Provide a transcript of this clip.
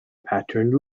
patterned